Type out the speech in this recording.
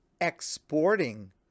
exporting